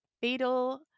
Fatal